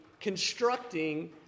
constructing